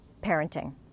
parenting